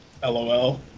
LOL